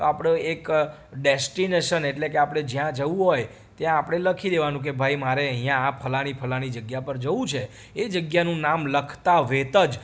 તો આપણે એક ડેસ્ટિનેશન એટલે કે આપણે જ્યાં જવું હોય ત્યાં આપણે લખી દેવાનું કે ભાઈ મારે અહીંયાં ફલાણી ફલાણી જગ્યા પર જવું છે એ જગ્યાનું નામ લખતા વેંત જ